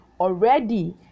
Already